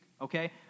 okay